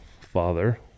father